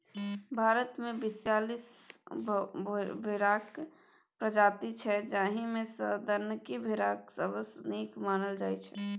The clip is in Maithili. भारतमे बीयालीस भेराक प्रजाति छै जाहि मे सँ दक्कनी भेराकेँ सबसँ नीक मानल जाइ छै